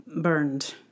burned